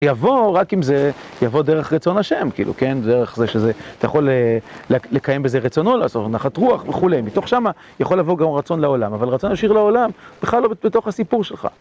יבוא, רק אם זה יבוא דרך רצון השם, כאילו, כן? דרך זה שזה, אתה יכול לקיים בזה רצונות, לעשות נחת רוח וכולי, מתוך שמה יכול לבוא גם רצון לעולם, אבל רצון להשאיר לעולם בכלל לא בתוך הסיפור שלך.